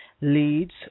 leads